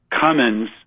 Cummins